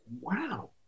wow